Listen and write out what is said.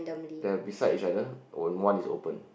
they are beside each other or one is open